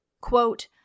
Quote